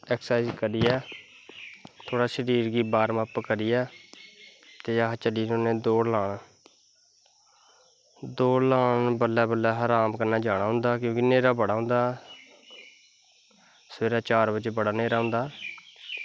exercise करियै थोह्ड़ा अपने शरीर गी बार्मअप करियै ते अस चली पौन्ने दौड़ लान दौड़ लान बल्लैं बल्लै असैं जान होंदा क्योंकि न्हेरा बड़ा होंदा सवेरै चार बड़े बड़ा न्हेरा होंदा